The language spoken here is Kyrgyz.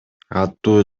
аттуу